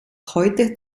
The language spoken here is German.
heute